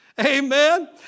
amen